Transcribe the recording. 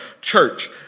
church